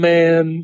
Man